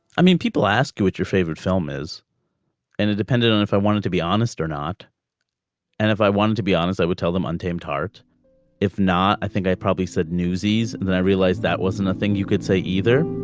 i mean people ask you what your favorite film is an independent. and if i wanted to be honest or not and if i wanted to be honest i would tell them untamed heart if not i think they probably said newsies. then i realized that wasn't a thing you could say either.